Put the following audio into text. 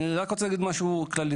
אני רוצה להגיד משהו כללי.